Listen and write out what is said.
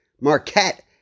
marquette